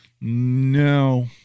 No